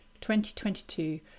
2022